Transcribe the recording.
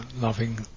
loving